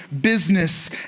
business